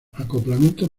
acoplamientos